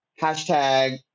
hashtag